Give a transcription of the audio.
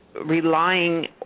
relying